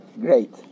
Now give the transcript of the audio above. Great